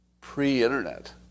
pre-Internet